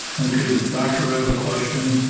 okay, doctor, i have a question.